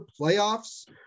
playoffs